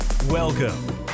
Welcome